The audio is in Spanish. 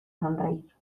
sonreír